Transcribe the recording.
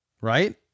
Right